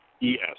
Yes